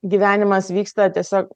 gyvenimas vyksta tiesiog